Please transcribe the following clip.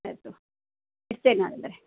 ಆಯಿತು ಇಡ್ತೇನೆ ಹಾಗಾದರೆ